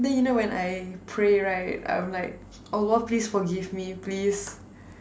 then you know when I pray right I'm like Allah please forgive me please